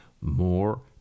more